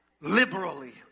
liberally